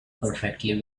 perfectly